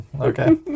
okay